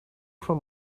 from